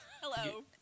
Hello